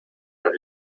los